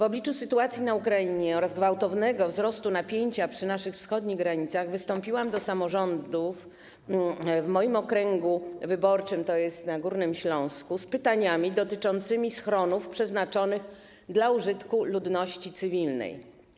W obliczu sytuacji na Ukrainie oraz gwałtownego wzrostu napięcia przy naszych wschodnich granicach wystąpiłam do samorządów w moim okręgu wyborczym, to jest na Górnym Śląsku, z pytaniami dotyczącymi schronów przeznaczonych do użytku ludności cywilnej.